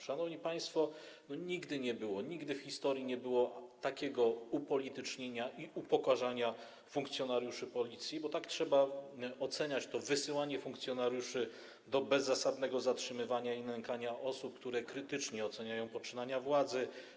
Szanowni państwo, nigdy w historii nie było takiego upolitycznienia i upokarzania funkcjonariuszy Policji, bo tak trzeba oceniać to wysyłanie funkcjonariuszy do bezzasadnego zatrzymywania i nękania osób, które krytycznie oceniają poczynania władzy.